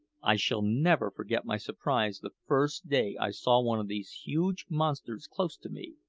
i shall never forget my surprise the first day i saw one of these huge monsters close to me.